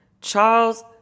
Charles